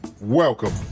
Welcome